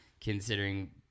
considering